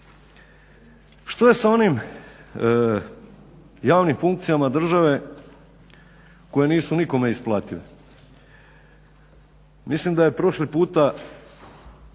Što je sa onim javnim funkcijama države koje nisu nikome isplative? Mislim da je prošli puta